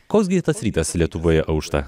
koks gi tas rytas lietuvoje aušta